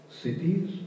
cities